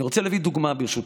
אני רוצה להביא דוגמה, ברשותך: